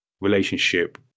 relationship